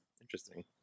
Interesting